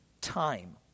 time